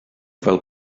fel